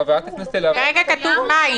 כרגע כתוב מים.